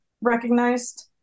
recognized